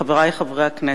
חברי חברי הכנסת,